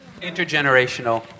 Intergenerational